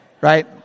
Right